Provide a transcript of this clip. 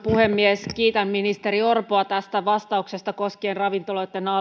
puhemies kiitän ministeri orpoa tästä vastauksesta koskien ravintoloitten